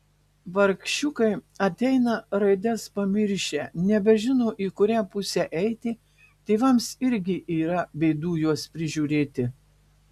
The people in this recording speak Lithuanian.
vargšiukai ateina raides pamiršę nebežino į kurią pusę eiti tėvams irgi yra bėdų juos prižiūrėti